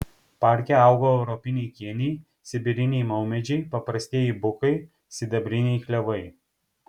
parke augo europiniai kėniai sibiriniai maumedžiai paprastieji bukai sidabriniai klevai